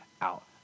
out